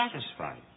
satisfied